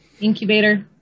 incubator